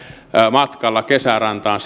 matkalla kesärantaan